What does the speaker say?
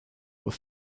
were